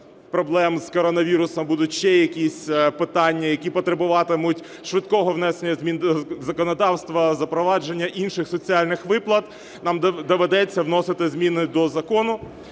проблем з коронавірусом будуть ще якісь питання, які потребуватимуть швидкого внесення змін до законодавства, запровадження інших соціальних виплат, нам доведеться вносити зміни до закону.